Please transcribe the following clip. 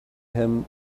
him